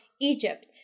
Egypt